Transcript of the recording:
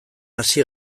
hasi